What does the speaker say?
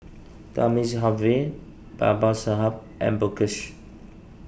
Thamizhavel Babasaheb and Mukesh